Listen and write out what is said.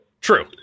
True